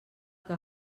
que